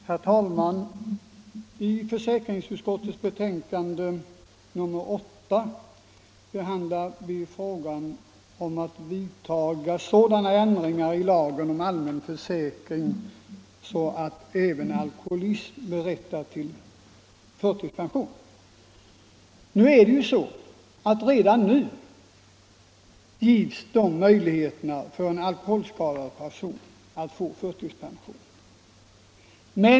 Herr talman! I socialförsäkringsutskottets betänkande 1975/76:8 behandlas frågan om att vidta sådana ändringar i lagen om allmän försäkring att även alkoholism berättigar till förtidspension. Redan nu gives de möjligheterna för en alkoholskadad person att få förtidspension.